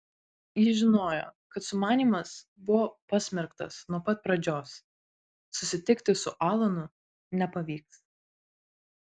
ji žinojo kad sumanymas buvo pasmerktas nuo pat pradžios susitikti su alanu nepavyks